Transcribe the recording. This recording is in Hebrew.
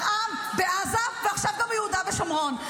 עם בעזה ועכשיו גם ביהודה ושומרון.